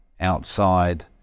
outside